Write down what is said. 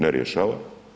Ne rješava.